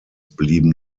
blieben